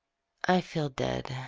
i feel dead.